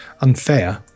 unfair